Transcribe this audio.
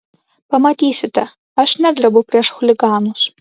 pamatysite aš nedrebu prieš chuliganus